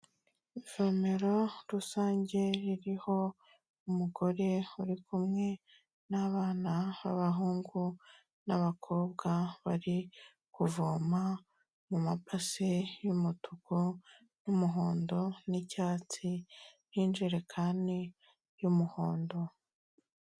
Ivomero rusange ririho umugore uri kumwe n'abana b'abahungu n'abakobwa bari kuvoma mu mabase y'umutuku n'umuhondo n'icyatsi n'injerekani y'umuhondo.